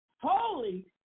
holy